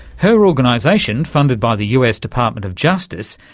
her organisation, funded by the us department of justice,